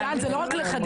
זה לא רק לחדד.